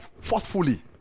forcefully